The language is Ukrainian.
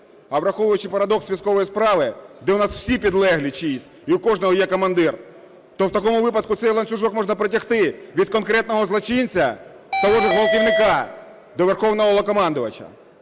А враховуючи парадокс військової справи, де у нас всі підлеглі чиїсь і у кожного є командир, то в такому випадку цей ланцюжок можна протягти від конкретного злочинця, того ж ґвалтівника, до Верховного Головнокомандувача.